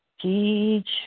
Teach